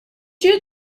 you